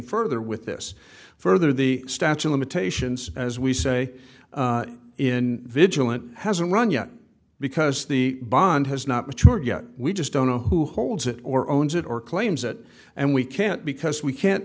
further with this further the statue limitations as we say in vigilant hasn't run yet because the bond has not matured yet we just don't know who holds it or owns it or claims that and we can't because we can't